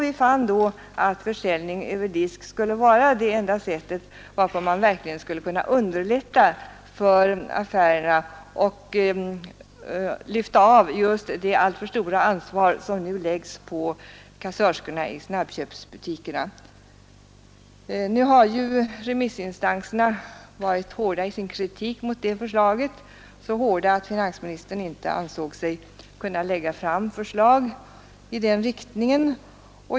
Vi fann då att försäljning över disk är det enda sätt varpå man skulle kunna underlätta för affärerna och lyfta av det alltför stora ansvar som nu läggs på kassörskorna i snabbköpsbutikerna. Nu har remissinstanserna varit hårda i sin kritik mot det förslaget, så hårda att finansministern inte ansett sig kunna lägga fram förslag i den riktningen.